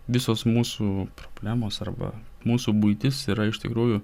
visos mūsų problemos arba mūsų buitis yra iš tikrųjų